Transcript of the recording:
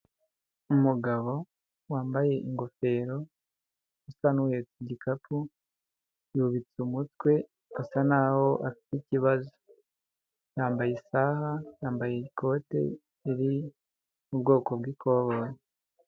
Umugabo wambaye ingofero usa n'uhetse igikapu, yubitse umutwe asa naho afite ikibazo, yambaye isaha, yambaye ikote riri mu bwoko bw'ikoboyi.